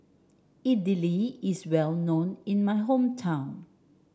Idili is well known in my hometown